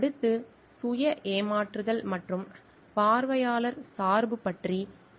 அடுத்து சுய ஏமாற்றுதல் மற்றும் பார்வையாளர் சார்பு பற்றி விவாதிப்போம்